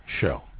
show